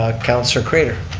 ah councillor craiter.